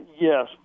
yes